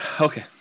okay